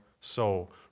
soul